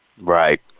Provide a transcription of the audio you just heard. Right